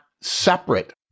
separate